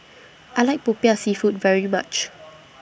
I like Popiah Seafood very much